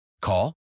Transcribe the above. Call